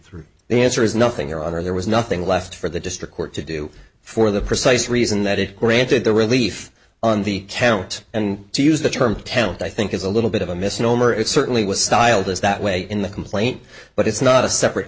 through the answer is nothing or other there was nothing left for the district court to do for the precise reason that it granted the relief on the count and to use the term telt i think is a little bit of a misnomer it certainly was styled as that way in the complaint but it's not a separate